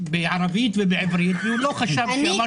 בערבית וכן בעברית והוא לא חשב --- אני